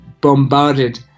bombarded